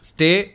Stay